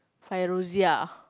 Fairuziah